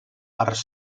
parts